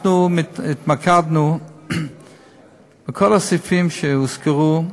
אנחנו התמקדנו בכל הסעיפים שהוזכרו,